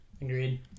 Agreed